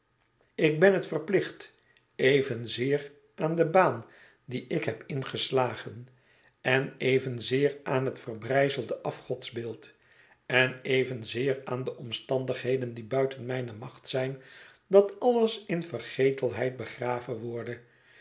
ik ben het verplicht evenzeer aan de baan die ik heb ingeslagen en evenzeer aan het verbrijzelde afgodsbeeld en evenzeer aan de omstandigheden die buiten mijne macht zijn dat alles in vergetelheid begraven worde